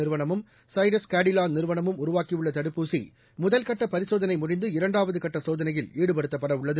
நிறுவனமும் ஹைதராபாதைச் உருவாக்கியுள்ளதடுப்பூசிமுதல்கட்டபரிசோதனைமுடிந்து இரண்டாவதுகட்டசோதனையில் ஈடுபடுத்தப்படவுள்ளது